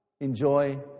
enjoy